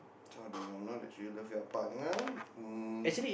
how do you know that should you love your partner um